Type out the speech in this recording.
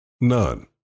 none